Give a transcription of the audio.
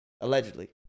Allegedly